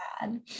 bad